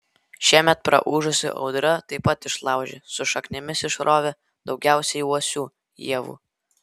šiemet praūžusi audra taip pat išlaužė su šaknimis išrovė daugiausiai uosių ievų